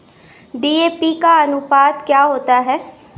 DAP का अनुपात क्या होता है?